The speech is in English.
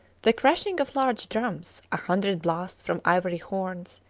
the crashing of large drums, a hundred blasts from ivory horns,